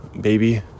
baby